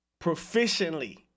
proficiently